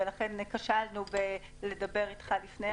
ולכן כשלנו בלדבר איתך לפני,